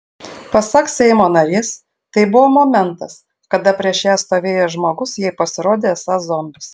pasak seimo narės tai buvo momentas kada prieš ją stovėjęs žmogus jai pasirodė esąs zombis